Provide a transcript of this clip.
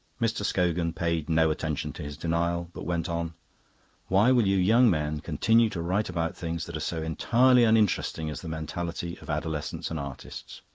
mr. scogan paid no attention to his denial, but went on why will you young men continue to write about things that are so entirely uninteresting as the mentality of adolescents and artists?